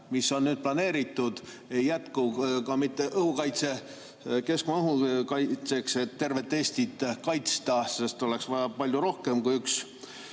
mis on nüüd planeeritud, ei jätku ka mitte keskmaa õhukaitseks, et tervet Eestit kaitsta, sest oleks vaja palju rohkem kui üks